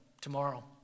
tomorrow